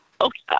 Okay